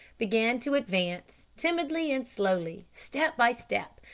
began to advance, timidly and slowly, step by step,